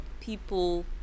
people